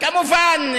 כמובן,